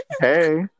Hey